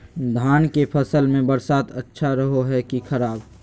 धान के फसल में बरसात अच्छा रहो है कि खराब?